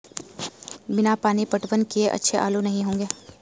बिना पानी पटवन किए अच्छे आलू नही होंगे